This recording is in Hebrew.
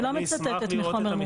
אני לא מצטטת מחומר.